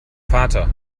vater